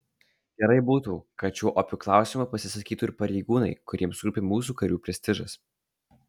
gerai būtų kad šiuo opiu klausimu pasisakytų ir pareigūnai kuriems rūpi mūsų karių prestižas